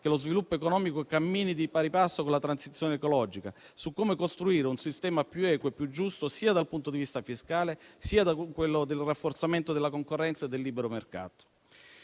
che lo sviluppo economico cammini di pari passo con la transizione ecologica; su come costruire un sistema più equo e più giusto sia dal punto di vista fiscale, sia da quello del rafforzamento della concorrenza del libero mercato.